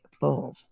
boom